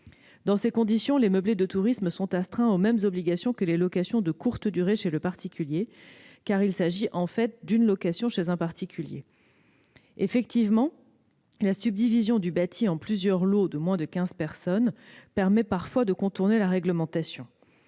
Dans ces conditions, les meublés de tourisme sont astreints aux mêmes obligations que les locations de courte durée chez le particulier. De fait, il s'agit d'une location chez un particulier. La subdivision du bâti en plusieurs « lots » de moins de quinze personnes permet parfois de contourner la réglementation.